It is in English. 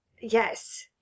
Yes